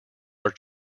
are